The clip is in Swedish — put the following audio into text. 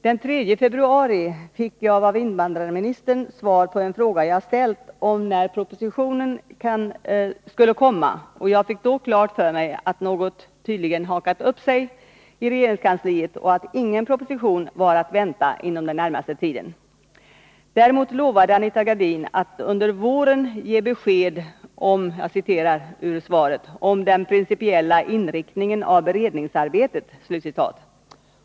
Den 3 februari fick jag av invandrarministern svar på en fråga som jag ställt om när propositionen skulle komma, och jag fick då klart för mig att något tydligen hakat upp sig i regeringskansliet och att ingen proposition var att vänta inom den närmaste tiden. Däremot lovade Anita Gradin att under våren ge besked om — jag citerar ur svaret — ”den principiella inriktningen av beredningsarbetet”.